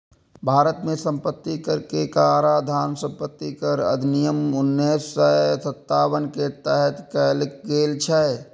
भारत मे संपत्ति कर के काराधान संपत्ति कर अधिनियम उन्नैस सय सत्तावन के तहत कैल गेल छै